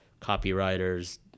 copywriters